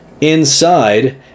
inside